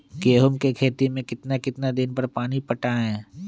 गेंहू के खेत मे कितना कितना दिन पर पानी पटाये?